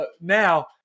now